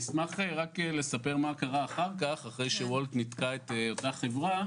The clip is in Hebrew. לאחר שוולט התנתקה מאותה חברה,